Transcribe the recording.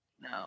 No